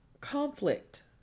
conflict